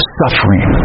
suffering